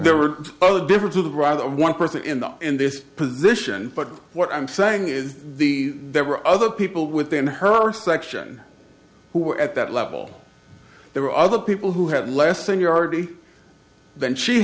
there were zero difference to the right of one person in the in this position but what i'm saying is the there were other people within her section who were at that level there were other people who had less seniority than she